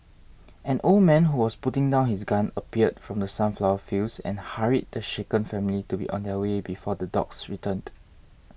an old man who was putting down his gun appeared from the sunflower fields and hurried the shaken family to be on their way before the dogs returned